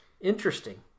Interesting